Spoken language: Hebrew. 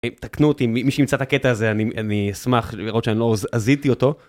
תקנו אותי, מי שימצא את הקטע הזה, אני אשמח לראות שאני לא הזיתי אותו.